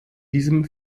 diesem